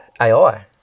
AI